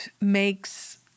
makes